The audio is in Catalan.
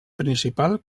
principal